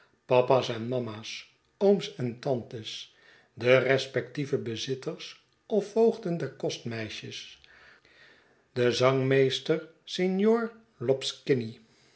papa's en mama's ooms en tantes de respectieve bezitters of voogden der kostmeisjes de zangmeester signor